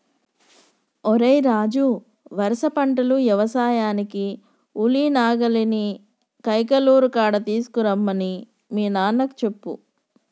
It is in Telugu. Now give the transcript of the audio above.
ఓరై రాజు వరుస పంటలు యవసాయానికి ఉలి నాగలిని కైకలూరు కాడ తీసుకురమ్మని మీ నాన్నకు చెప్పు